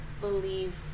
believe